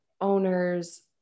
owners